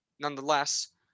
Nonetheless